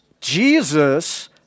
Jesus